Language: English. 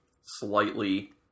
slightly